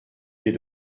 des